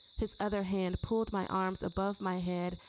his other hand pulled my arms above my head,